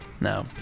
no